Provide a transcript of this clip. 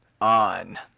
On